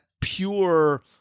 pure